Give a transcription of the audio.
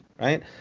Right